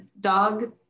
dog